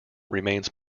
remains